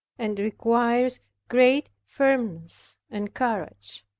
and requires great firmness and courage.